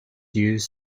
use